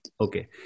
Okay